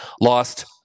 lost